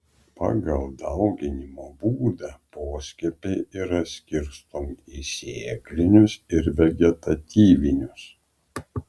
pagal dauginimo būdą poskiepiai yra skirstomi į sėklinius ir vegetatyvinius